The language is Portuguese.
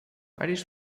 várias